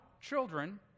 children